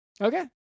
Okay